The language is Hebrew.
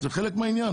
וזה חלק מהעניין.